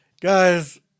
guys